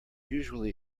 usually